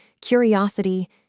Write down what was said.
curiosity